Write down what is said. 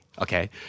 okay